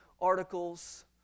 articles